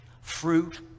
fruit